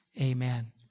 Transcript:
Amen